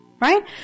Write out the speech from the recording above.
Right